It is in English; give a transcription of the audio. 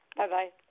Bye-bye